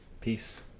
Peace